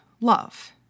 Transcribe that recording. love